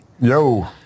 Yo